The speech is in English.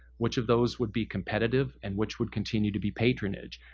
which of those would be competitive and which would continue to be patronage.